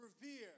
revere